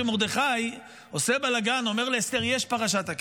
כשמרדכי עושה בלגן ואומר לאסתר: יש פרשת הכסף,